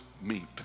meet